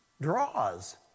draws